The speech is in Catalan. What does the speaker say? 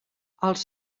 els